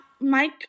Mike